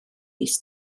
mis